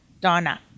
Donna